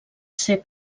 ser